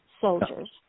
soldiers